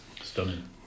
stunning